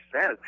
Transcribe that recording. says